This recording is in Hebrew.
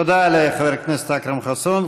תודה לחבר הכנסת אכרם חסון.